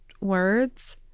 words